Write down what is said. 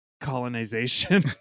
colonization